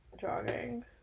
jogging